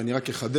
ואני רק אחדד.